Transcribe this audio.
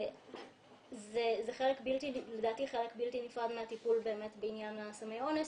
זה חלק בלתי נפרד מהטיפול בעניין סמי האונס,